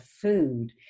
food